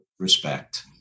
respect